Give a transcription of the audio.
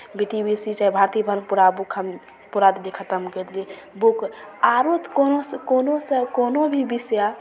B T B C चाहे भारती भवन पूरा book हम पूरा देलिए खतम कएलिए बुक आओर तऽ कोनोसे कोनो भी विषय